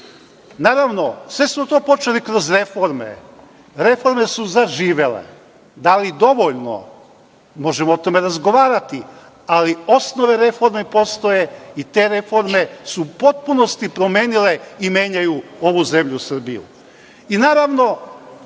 Naravno, sve smo to počeli kroz reforme. Reforme su zaživele. Da li dovoljno, možemo o tome razgovarati, ali osnovne reforme postoje i te reforme su u potpunosti promenile i menjaju ovu zemlju